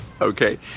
Okay